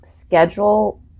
Schedule